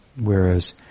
Whereas